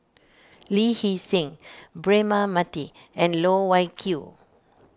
Lee Hee Seng Braema Mathi and Loh Wai Kiew